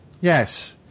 Yes